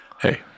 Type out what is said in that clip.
Hey